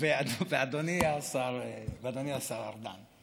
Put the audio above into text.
ואדוני השר ארדן.